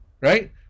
right